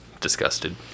disgusted